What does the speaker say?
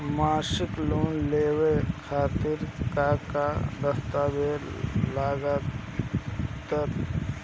मसीक लोन लेवे खातिर का का दास्तावेज लग ता?